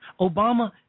Obama